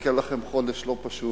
מחכה לכם חודש לא פשוט,